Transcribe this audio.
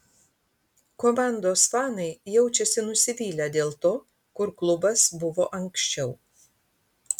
komandos fanai jaučiasi nusivylę dėl to kur klubas buvo anksčiau